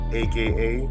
aka